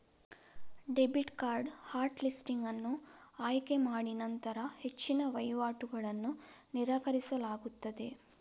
debit card hot listing ಅನ್ನು ಆಯ್ಕೆ ಮಾಡಿನಂತರ ಹೆಚ್ಚಿನ ವಹಿವಾಟುಗಳನ್ನು ನಿರಾಕರಿಸಲಾಗುತ್ತದೆ